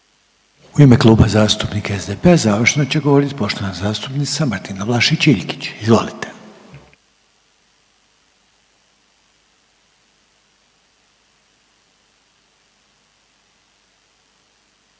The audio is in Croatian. U ime Kluba zastupnika SDP-a završno će govoriti poštovana zastupnica Martina Vlašić Iljkić. Izvolite.